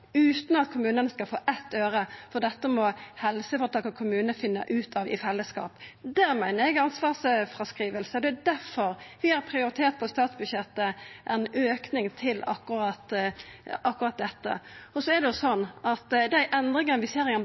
utan at kommunane skal få eitt øre, for dette må helseføretaka og kommunane finna ut av i fellesskap: Det meiner eg er ansvarsfråskriving, og det er difor vi i statsbudsjettet har prioritert ein auke til akkurat dette. Dei endringane vi ser i ambulansen, er ikkje fagleg funderte. Ein kan lesa det